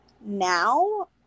now